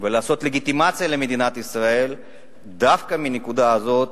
ולעשות לגיטימציה למדינת ישראל דווקא מהנקודה הזאת.